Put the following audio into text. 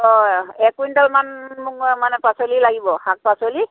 এক কুইণ্টেলমান মোক মানে পাচলি লাগিব শাক পাচলি